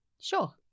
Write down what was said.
Sure